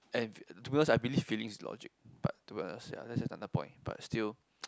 and to be honest I believe feelings is logic but to be honest ya that's another point but still